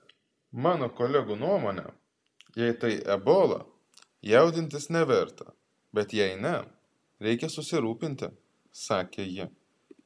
mano kolegų nuomone jei tai ebola jaudintis neverta bet jei ne reikia susirūpinti sakė ji